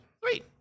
Great